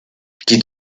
die